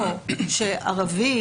או שערבי,